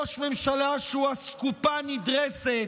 ראש ממשלה שהוא אסקופה נדרסת,